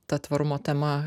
ta tvarumo tema